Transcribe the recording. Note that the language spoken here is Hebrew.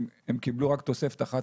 הם קיבלו רק תוספת אחת,